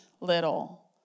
little